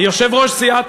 יושב-ראש סיעת